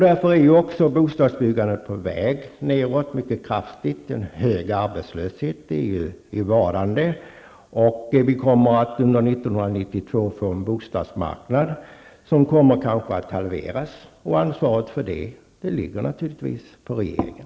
Därför är också bostadsbyggandet på väg nedåt mycket kraftigt, en hög arbetslöshet är i vardande, och vi kommer under 1992 att få en bostadsmarknad som kanske kommer att halveras. Ansvaret för detta ligger naturligtvis på regeringen.